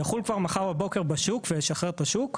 יחול כבר מחר בבוקר בשוק וישחרר את השוק.